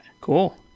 Cool